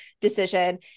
decision